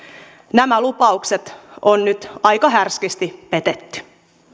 nämä lupaukset on nyt aika härskisti petetty